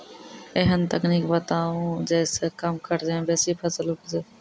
ऐहन तकनीक बताऊ जै सऽ कम खर्च मे बेसी फसल उपजे?